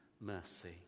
mercy